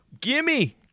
Gimme